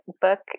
book